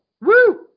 woo